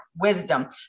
wisdom